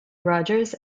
rogers